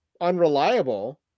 unreliable